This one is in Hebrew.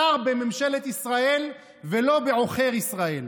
שר בממשלת ישראל, ולא בעוכר ישראל.